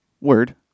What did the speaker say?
word